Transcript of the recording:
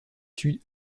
tue